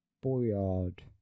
Boyard